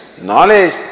knowledge